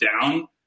down